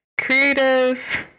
Creative